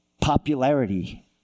Popularity